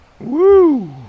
Woo